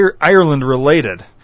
Ireland-related